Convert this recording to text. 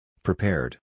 Prepared